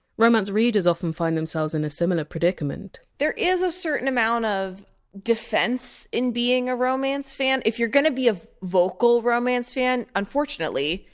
romance readers often find themselves in a similar predicament there is a certain amount of defense in being a romance fan if you're going to be a vocal romance fan, unfortunately,